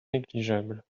négligeable